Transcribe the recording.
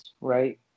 right